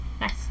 Nice